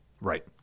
Right